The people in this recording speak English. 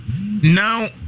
Now